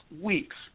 weeks